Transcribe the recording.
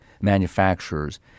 manufacturers